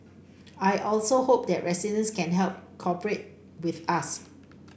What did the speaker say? I also hope that residents can also help cooperate with us